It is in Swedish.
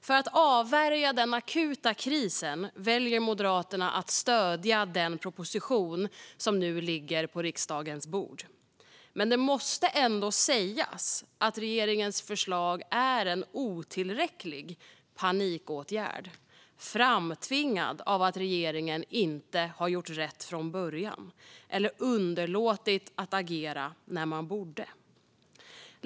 För att avvärja den akuta krisen väljer Moderaterna att stödja den proposition som nu ligger på riksdagens bord. Men det måste ändå sägas att regeringens förslag är en otillräcklig panikåtgärd, framtvingad av att regeringen inte har gjort rätt från början eller underlåtit att agera när man borde ha gjort det.